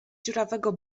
dziurawego